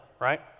right